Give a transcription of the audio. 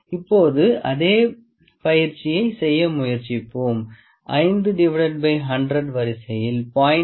இப்போது அதே பயிற்சியைச் செய்ய முயற்சிப்போம் 5100 வரிசையில் 0